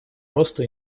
росту